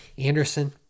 Anderson